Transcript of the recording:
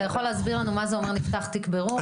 יכול להסביר לנו מה זה אומר נפתח תיק בירור?